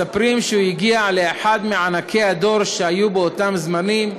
מספרים שהוא הגיע לאחד מענקי הדור שהיו באותם זמנים,